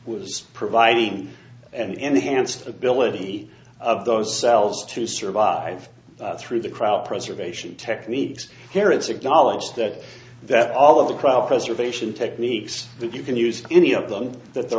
was providing an enhanced ability of those cells to survive through the crowd preservation techniques there is a galant that that all of the crowd preservation techniques that you can use any of them that they're